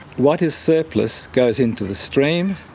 what is surplus goes into the stream,